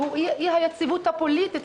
והוא אי-היציבות הפוליטית.